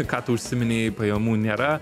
ką tu užsiminei pajamų nėra